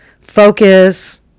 focus